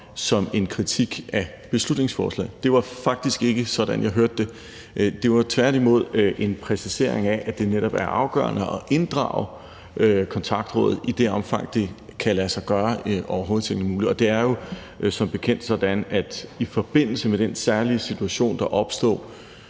som en kritik af beslutningsforslaget. Det var faktisk ikke sådan, jeg hørte det. Det var tværtimod en præcisering af, at det netop er afgørende at inddrage Kontaktrådet i det omfang, det kan lade sig gøre og overhovedet er muligt. Det var jo som bekendt sådan, at det i forbindelse med den særlige og helt